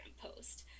post